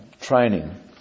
training